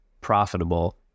profitable